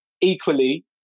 Equally